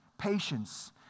Patience